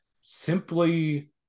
Simply